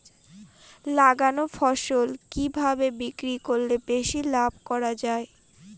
লাগানো ফসল কিভাবে বিক্রি করলে বেশি লাভ করা যায়?